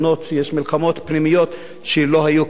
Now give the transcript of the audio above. יש מלחמות פנימיות שלא היו קודם לכן.